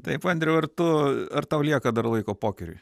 taip andriau ar tu ar tau lieka dar laiko pokeriui